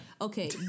Okay